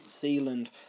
Zealand